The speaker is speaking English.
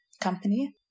company